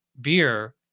beer